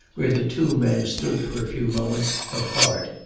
where the two men stood for a few moments apart.